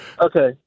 Okay